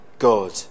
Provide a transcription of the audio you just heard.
God